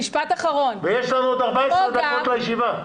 ויש לנו עוד 14 דקות לישיבה.